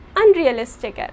unrealistic